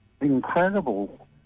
incredible